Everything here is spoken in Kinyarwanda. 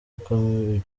igikomere